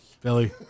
Billy